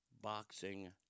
boxing